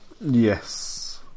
Yes